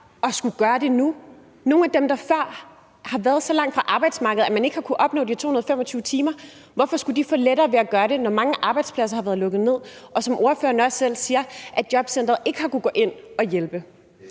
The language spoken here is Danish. at skulle gøre det nu. Nogle af dem, der før har været så langt fra arbejdsmarkedet, at man ikke har kunnet opnå de 225 timer, hvorfor skulle de få lettere ved at gøre det, når mange arbejdspladser har været lukket ned, og når, som ordføreren selv siger, jobcenteret ikke har kunnet gå ind at hjælpe?